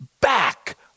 back